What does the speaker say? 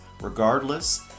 regardless